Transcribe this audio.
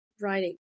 writing